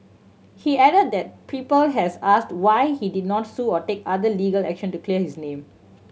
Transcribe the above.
he added that people has asked why he did not sue or take other legal action to clear his name